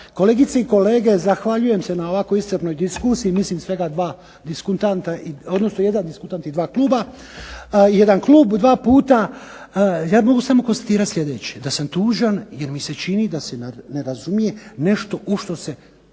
kolegice i kolege, zahvaljujem na ovako iscrpnoj diskusiji, mislim svega dva diskutanta, odnosno jedan diskutant i dva kluba, jedan klub dva puta. Ja mogu samo konstatirat sljedeće, da sam tužan jer mi se čini da se ne razumije nešto u što se